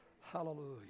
Hallelujah